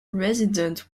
resident